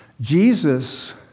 Jesus